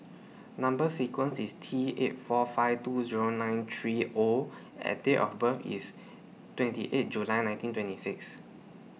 Number sequence IS T eight four five two Zero nine three O and Date of birth IS twenty eight July nineteen twenty six